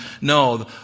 No